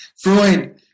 Freud